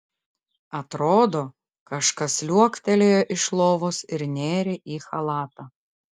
atrodo kažkas liuoktelėjo iš lovos ir nėrė į chalatą